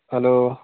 hello